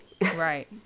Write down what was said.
Right